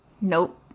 Nope